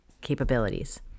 capabilities